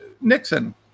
Nixon